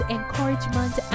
encouragement